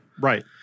Right